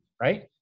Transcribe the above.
Right